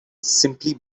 simply